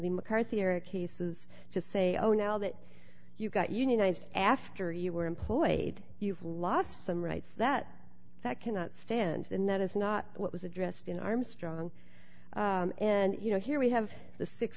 the mccarthy era cases just say oh now that you got unionized after you were employed you've lost some rights that that cannot stand and that is not what was addressed in armstrong and you know here we have the